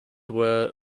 were